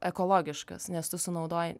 ekologiškas nes tu sunaudoji